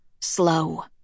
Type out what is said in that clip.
Slow